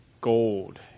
Gold